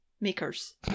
makers